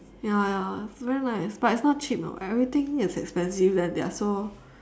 ya ya it's very nice but is not cheap everything is expensive and they are so